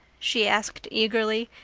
she asked eagerly,